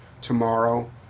tomorrow